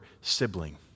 sibling